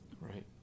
Right